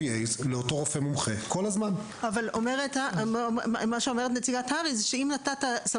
אבל הוא אחראי לדעת גם